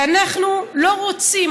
ואנחנו לא רוצים,